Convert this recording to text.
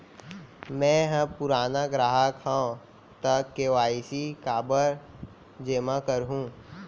मैं ह पुराना ग्राहक हव त के.वाई.सी काबर जेमा करहुं?